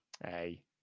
Hey